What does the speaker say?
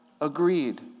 agreed